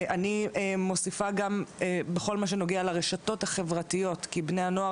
וגם בכל מה שקשור לרשתות החברתיות כי בני נוער